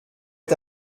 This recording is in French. est